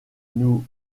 nouveau